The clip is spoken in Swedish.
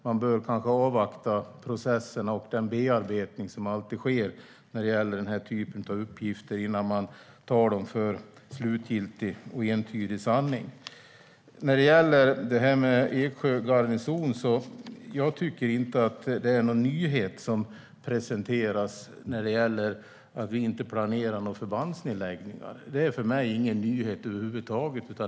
Man bör kanske avvakta processen och den bearbetning som alltid sker av den här typen av uppgifter innan man tar dem som slutgiltig och entydig sanning. När det gäller Eksjö garnison är det inte någon nyhet som presenteras om att vi inte planerar några förbandsnedläggningar. Det är för mig ingen nyhet över huvud taget.